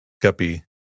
guppy